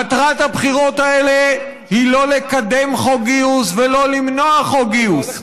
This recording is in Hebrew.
מטרת הבחירות האלה היא לא לקדם חוק גיוס ולא למנוע חוק גיוס,